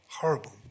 horrible